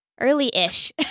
Early-ish